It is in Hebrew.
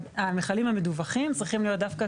שהמכלים המדווחים צריכים להיות דווקא